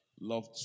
love